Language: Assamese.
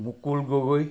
মুকুল গগৈ